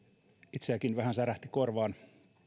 itsellänikin vähän särähti korvaan